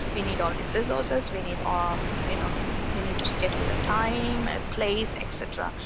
we need all these resources. we need um you know i mean we need to schedule a time, a place etc.